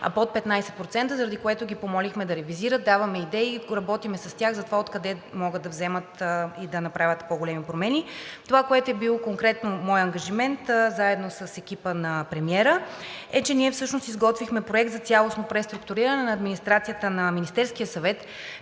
– под 15%, заради което ги помолихме да ревизират. Даваме идеи и работим с тях за това откъде могат да вземат и да направят по-големи промени. Това, което е било конкретно мой ангажимент, заедно с екипа на премиера, е, че ние всъщност изготвихме проект за цялостно преструктуриране на Администрацията на Министерския съвет,